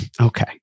Okay